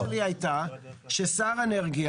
ההצעה שלי הייתה ששר האנרגיה,